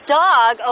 dog